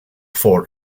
fort